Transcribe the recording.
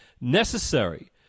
necessary